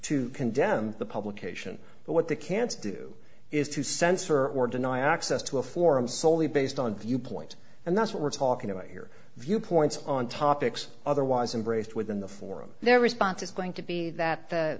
to condemn the publication but what they can't do is to censor or deny access to a forum solely based on viewpoint and that's what we're talking about here viewpoints on topics otherwise embraced within the forum their response is going to be that the